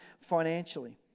financially